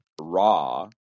raw